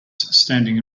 standing